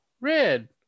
red